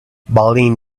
berlin